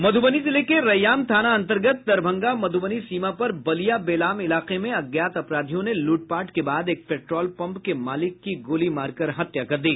मध्रबनी जिले के रैयाम थाना अंतर्गत दरभंगा मध्बनी सीमा पर बलिया बेलाम इलाके में अज्ञात अपराधियों ने लूटपाट के बाद एक पेट्रोल पंप के मालिक की गोली मारकर हत्या कर दी